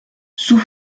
sous